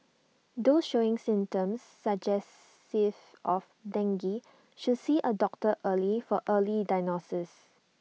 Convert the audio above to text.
those showing symptoms suggestive of dengue should see A doctor early for early diagnosis